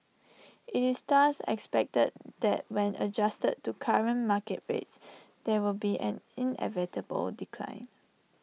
IT is thus expected that when adjusted to current market rates there would be an inevitable decline